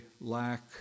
lack